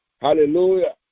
Hallelujah